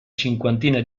cinquantina